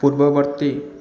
ପୂର୍ବବର୍ତ୍ତୀ